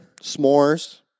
s'mores